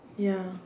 ya